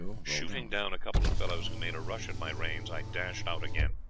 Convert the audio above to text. shooting down a couple of fellows who made a rush at my reins, i dashed out again.